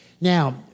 Now